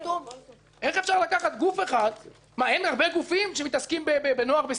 מה, אין הרבה גופים שמתעסקים בנוער בסיכון?